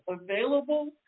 available